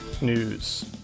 news